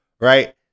right